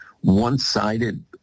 one-sided